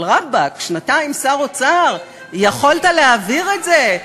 אבל רבאק, שנתיים שר האוצר, יכולת להעביר את זה.